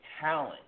talent